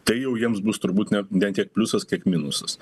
tai jau jiems bus turbūt net ne tiek pliusas kiek minusas